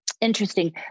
interesting